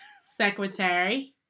secretary